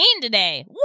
today